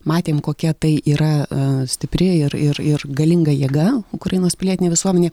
matėm kokia tai yra stipri ir ir ir galinga jėga ukrainos pilietinė visuomenė